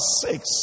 six